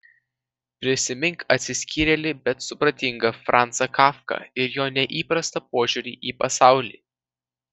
prisimink atsiskyrėlį bet supratingą francą kafką ir jo neįprastą požiūrį į pasaulį